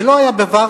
זה לא היה בוורשה,